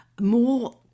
more